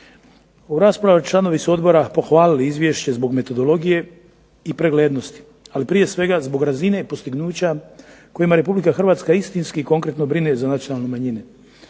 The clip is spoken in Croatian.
U raspravi članovi odbora su pohvalili izvješće zbog metodologije i preglednosti ali prije svega zbog razine postignuća kojima Republika Hrvatska istinski i konkretno brine za nacionalne manjine.